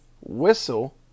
Whistle